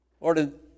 Lord